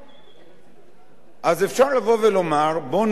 אז אפשר לבוא ולומר, בוא נמתח את החבל,